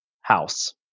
house